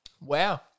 Wow